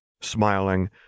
smiling